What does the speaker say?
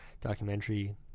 documentary